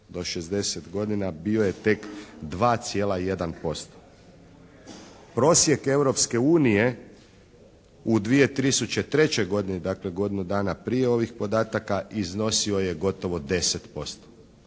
do 60 godina bio je tek 2,1%. Prosjek Europske unije u 2003. godini, dakle godinu dana prije ovih podataka iznosio je gotovo 10%.